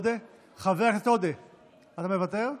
אתה מוותר?